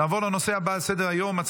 44 בעד, אחד נגד, אחד נמנע, שבעה נוכחים.